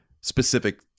specific